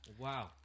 wow